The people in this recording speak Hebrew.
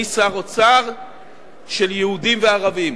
אני שר האוצר של יהודים וערבים,